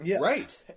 Right